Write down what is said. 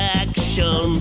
action